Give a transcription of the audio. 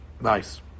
Nice